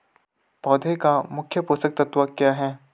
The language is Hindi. पौधें का मुख्य पोषक तत्व क्या है?